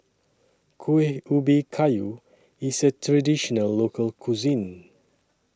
Kueh Ubi Kayu IS A Traditional Local Cuisine